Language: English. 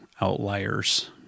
outliers